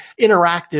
interactive